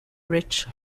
rich